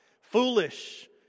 Foolish